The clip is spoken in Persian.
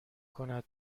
کند